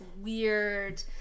weird